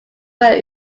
where